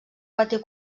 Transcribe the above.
pati